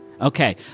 Okay